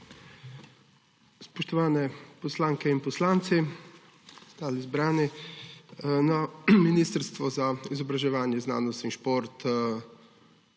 Spoštovane poslanke in poslanci, ostali zbrani! Na Ministrstvu za izobraževanje, znanost in šport